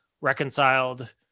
reconciled